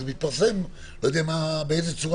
אני לא יודע באיזה צורה